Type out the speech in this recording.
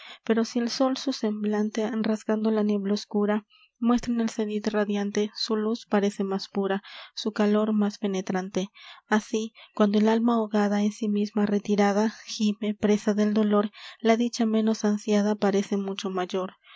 pero si el sol su semblante rasgando la niebla oscura muestra en el cenit radiante su luz parece más pura su calor más penetrante así cuando el alma ahogada en sí misma retirada gime presa del dolor la dicha ménos ansiada parece mucho mayor